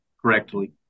correctly